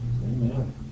Amen